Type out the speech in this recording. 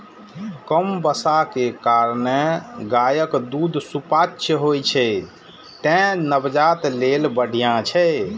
कम बसा के कारणें गायक दूध सुपाच्य होइ छै, तें नवजात लेल बढ़िया छै